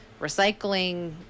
recycling